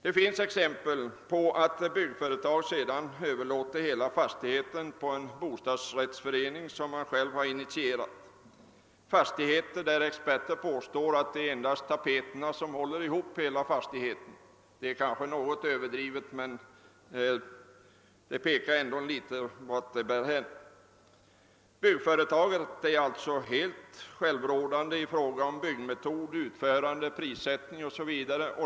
Det finns exempel på att byggföretaget sedan överlåtit hela fastigheten på en bostadsrättsförening som = företaget självt har initierat. Det gäller ibland fastigheter om vilka experter påstår att det bara är tapeterna som håller ihop huset. Det är kanske någon överdrift men visar ändå hur det kan vara. Byggföretaget är alltså helt självrådande i fråga om byggmetod, utförande, prissättning o.s.v.